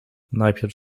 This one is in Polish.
najpierw